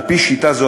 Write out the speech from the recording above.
על-פי שיטה זו,